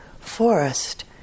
forest